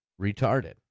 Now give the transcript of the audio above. retarded